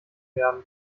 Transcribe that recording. werden